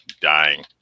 dying